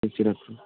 ठीक छै राखू